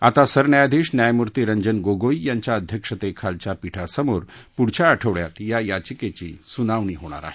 आता सरन्यायाधीश न्यायमूर्ती रंजन गोगोई यांच्या अध्यक्षतेखालच्या पीठासमोर पुढच्या आठवड्यात या याचिकेची सुनावणी होणार आहे